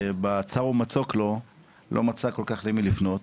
ובצר ובמצוק לו לא מצא כל כך למי לפנות,